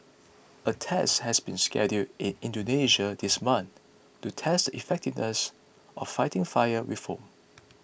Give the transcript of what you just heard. a test has been scheduled in Indonesia this month to test the effectiveness of fighting fire with foam